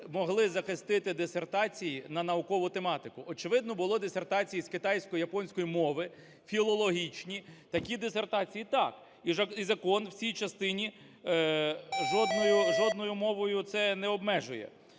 могли захистити дисертації на наукову тематику. Очевидно, були дисертації з китайської, японської мови – філологічні. Такі дисертації – так, і закон в цій частині жодною мовою це не обмежує.